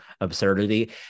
absurdity